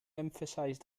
emphasized